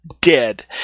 dead